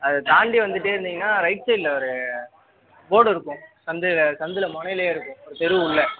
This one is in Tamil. அதை தாண்டி வந்துகிட்டே இருந்தீங்கன்னா ரைட் சைடில் ஒரு போர்டு இருக்கும் சந்தில் சந்தில் முனையிலே இருக்கும் ஒரு தெரு உள்ளே